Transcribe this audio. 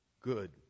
good